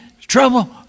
Trouble